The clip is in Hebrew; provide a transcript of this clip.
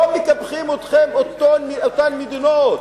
לא מקפחים אתכם אותן מדינות,